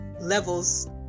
levels